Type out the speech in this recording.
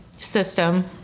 system